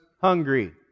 hungry